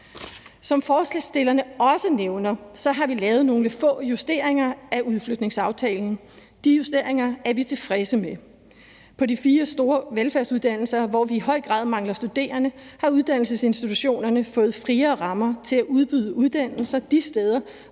Som forslagsstillerne også nævner, har vi lavet nogle få justeringer af udflytningsaftalen. De justeringer er vi tilfredse med. På de fire store velfærdsuddannelser, hvor vi i høj grad mangler studerende, har uddannelsesinstitutionerne fået friere rammer til at udbyde uddannelser de steder,